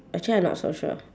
actually I not so sure